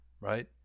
right